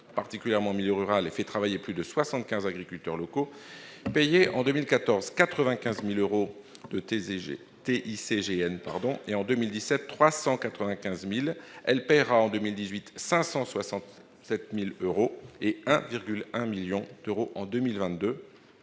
particulièrement en milieu rural, et fait travailler plus de 75 agriculteurs locaux payait, en 2014, 95 000 euros de TICGN et, en 2017, 395 000 euros. En 2018, elle acquittera, 567 000 euros et 1,1 million d'euros en 2022.